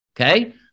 okay